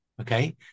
okay